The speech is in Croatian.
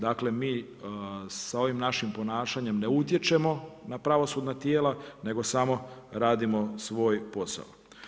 Dakle, mi sa ovim našim ponašanjem ne utječemo na pravosudna tijela nego samo radimo svoj posao.